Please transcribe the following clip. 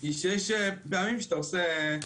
היא שיש פעמים שאתה עושה,